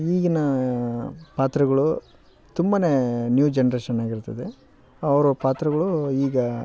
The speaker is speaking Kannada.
ಈಗಿನ ಪಾತ್ರಗಳು ತುಂಬಾನೆ ನ್ಯೂ ಜನರೇಶನ್ ಆಗಿರ್ತ್ತದೆ ಅವರ ಪಾತ್ರಗಳು ಈಗ